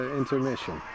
intermission